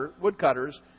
woodcutters